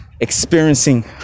experiencing